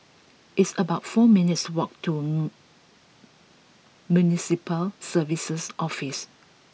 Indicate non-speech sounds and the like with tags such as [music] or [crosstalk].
it's about four minutes' walk to [hesitation] Municipal Services Office